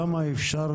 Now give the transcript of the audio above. כמה אפשר